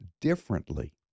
differently